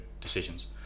decisions